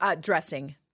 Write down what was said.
Dressing